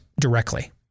directly